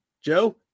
Joe